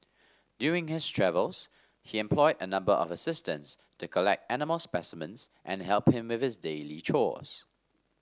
during his travels he employed a number of assistants to collect animal specimens and help him with his daily chores